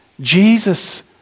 Jesus